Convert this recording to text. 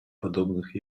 подобных